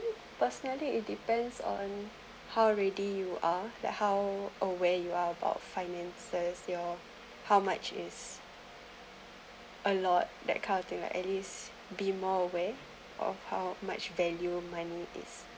personally it depends on how ready you are that how aware you are about finances your how much is a lot that kind of thing like at least be more aware of how much value money is